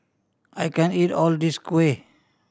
I can't eat all of this kuih